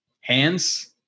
Hands